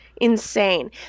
insane